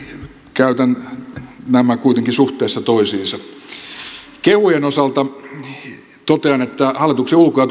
käytän nämä kuitenkin suhteessa toisiinsa kehujen osalta totean että hallituksen ulko ja